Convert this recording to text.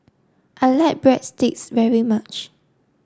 I like Breadsticks very much